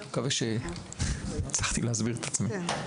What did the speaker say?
אני מקווה שהצלחתי להסביר את עצמי.